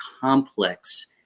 complex